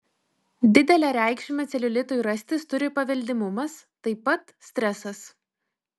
didelę reikšmę celiulitui rastis turi paveldimumas taip pat stresas